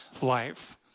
life